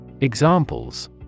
Examples